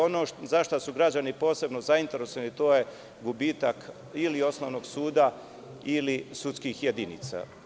Ono za šta su građani posebno zainteresovani to je gubitak ili osnovnog suda ili sudskih jedinica.